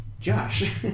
Josh